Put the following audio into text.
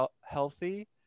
healthy